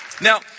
now